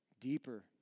deeper